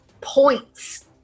points